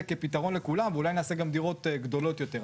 כפתרון לכולם ואולי נעשה גם דירות גדולות יותר.